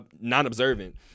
non-observant